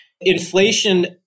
inflation